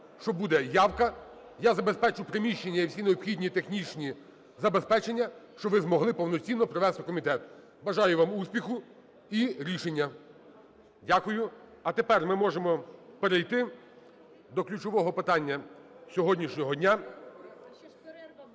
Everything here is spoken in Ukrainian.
що буде явка. Я забезпечу приміщення і всі необхідні технічні забезпечення, щоб ви змогли повноцінно провести комітет. Бажаю вам успіху і рішення. Дякую. А тепер ми можемо перейти до ключового питання сьогоднішнього дня… А, перепрошую,